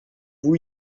vous